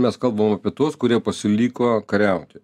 mes kalbam apie tuos kurie pasiliko kariauti